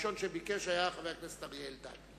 הראשון שביקש היה חבר הכנסת אריה אלדד,